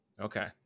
Okay